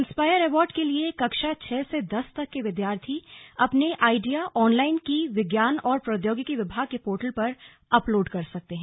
inspire award के लिए कक्षा छह से दस तक के विद्यार्थी अपने आइडिया ऑनलाइन की विज्ञान और प्रोद्योगिकी विभाग के पोर्टल पर अपलोड कर सकते हैं